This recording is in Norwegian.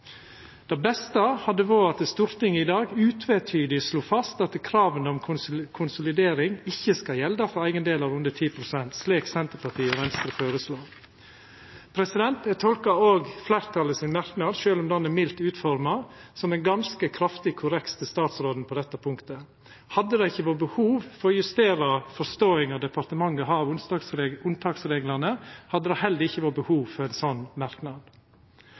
Det beste hadde vore at Stortinget i dag utvetydig slo fast at krava om konsolidering ikkje skal gjelda for eigendelar under 10 pst., slik Senterpartiet og Venstre føreslår. Eg tolkar òg fleirtalet sin merknad, sjølv om han er mildt utforma, som ein ganske kraftig korreks til statsråden på dette punktet. Hadde det ikkje vore behov for å justera forståinga departementet har av unntaksreglane, hadde det heller ikkje vore behov for ein slik merknad.